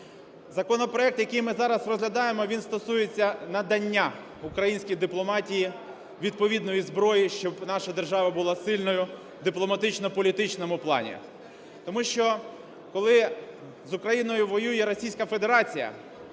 Законопроект, який ми зараз розглядаємо, він стосується надання українській дипломатії відповідної зброї, щоб наша держава була сильною в дипломатично-політичному плані. Тому що, коли з Україною воює Російська Федерація